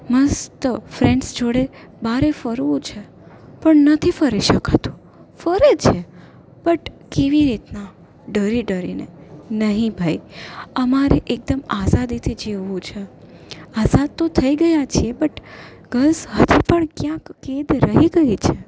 મસ્ત ફ્રેન્ડ્સ જોડે બહાર ફરવું છે પણ નથી ફરી શકાતું ફરે છે બટ કેવી રીતના ડરી ડરીને નહીં ભાઈ અમારે એકદમ આઝાદીથી જીવવું છે આઝાદ તો થઈ ગયા છીએ બટ ગલ્સ હાથે પણ ક્યાંક કેદ રહી ગઈ છે